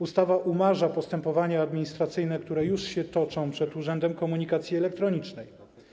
Ustawa umarza postępowania administracyjne, które już się toczą przed Urzędem Komunikacji Elektronicznej.